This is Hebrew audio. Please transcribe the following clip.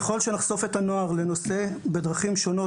ככל שנחשוף את הנוער לנושא בדרכים שונות